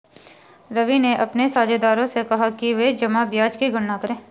रवि ने अपने साझेदारों से कहा कि वे जमा ब्याज की गणना करें